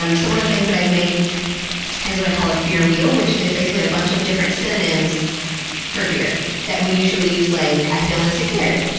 um so, one of the things that i've made is what i call a fear wheel, which is basically a bunch of different synonyms for fear that we usually use like, i feel insecure,